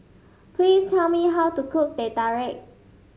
please tell me how to cook Teh Tarik